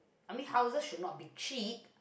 I mean houses should not be cheap